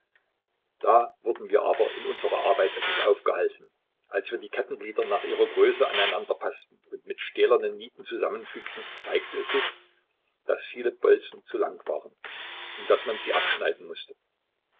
da wurden wir aber in unserer arbeit etwas aufgehalten als wir die kettenglieder nach ihrer größe aneinander paßten und mit stählernen nieten zusammenfügten zeigte es sich daß viele bolzen zu lang waren und daß man sie abschneiden mußte